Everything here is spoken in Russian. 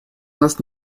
нас